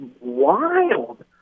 wild